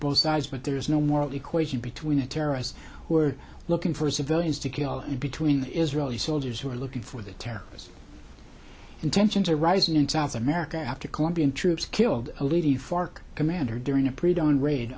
both sides but there is no moral equation between the terrorists who are looking for civilians to kill and between the israeli soldiers who are looking for the terrorists in tensions are rising in south america after colombian troops killed a lady fark commander during a pre dawn raid